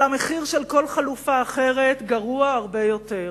אבל המחיר של כל חלופה אחרת גרוע הרבה יותר.